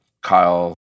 Kyle